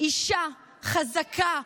אישה חזקה,